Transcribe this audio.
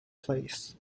plays